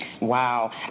Wow